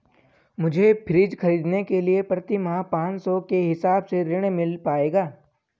मुझे फ्रीज खरीदने के लिए प्रति माह पाँच सौ के हिसाब से ऋण मिल पाएगा?